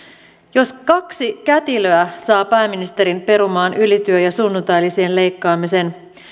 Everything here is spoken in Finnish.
jos kaksi kätilöä saa pääministerin perumaan ylityö ja sunnuntailisien leikkaamisen